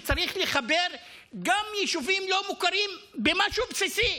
רשויות שגילו הבנה שצריך לחבר גם יישובים לא מוכרים למשהו בסיסי,